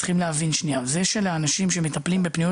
צריך להבין שזה שלאנשים שמטפלים בפניות